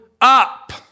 up